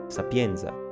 Sapienza